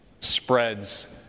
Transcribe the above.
spreads